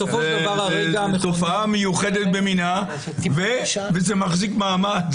זו תופעה מיוחדת במינה וזה מחזיק מעמד.